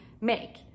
make